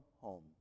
home